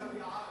עד ואדי-עארה.